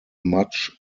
much